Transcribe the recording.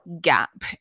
gap